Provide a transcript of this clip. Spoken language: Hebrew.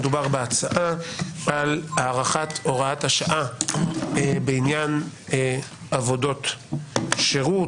מדובר בהצעה על הארכת הוראת השעה בעניין עבודות שירות,